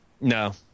No